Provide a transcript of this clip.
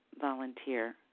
volunteer